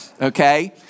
okay